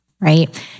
Right